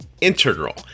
integral